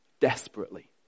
desperately